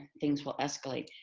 things will escalate.